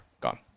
Gone